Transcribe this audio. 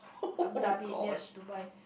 Abu-Dhabi near Dubai